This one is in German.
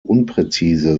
unpräzise